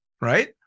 Right